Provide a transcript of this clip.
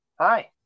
hi